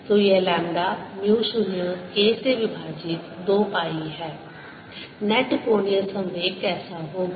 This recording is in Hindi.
तो यह लैम्ब्डा म्यू 0 K से विभाजित 2 पाई है नेट कोणीय संवेग कैसा होगा